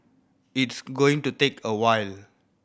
it's going to take a while